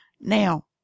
Now